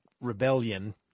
rebellion